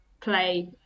play